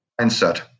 mindset